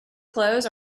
clothes